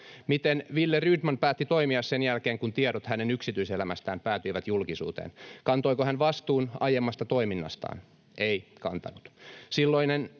Miten Wille Rydman päätti toimia sen jälkeen, kun tiedot hänen yksityiselämästään päätyivät julkisuuteen? Kantoiko hän vastuun aiemmasta toiminnastaan? Ei kantanut.